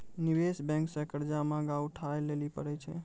निवेश बेंक से कर्जा महगा उठाय लेली परै छै